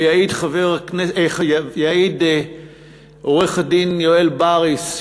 ויעיד עורך-הדין יואל בריס,